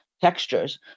textures